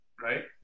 right